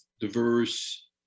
diverse